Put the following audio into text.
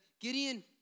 Gideon